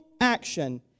action